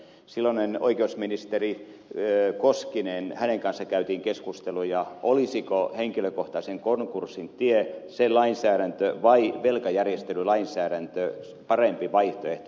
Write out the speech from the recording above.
silloisen oikeusministeri koskisen kanssa käytiin keskusteluja olisiko henkilökohtaisen konkurssin tie se lainsäädäntö vai velkajärjestelylainsäädäntö parempi vaihtoehto edetä